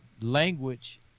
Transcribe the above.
language